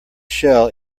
shell